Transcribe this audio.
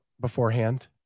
beforehand